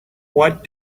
what